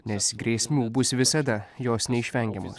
nes grėsmių bus visada jos neišvengiamos